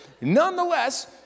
Nonetheless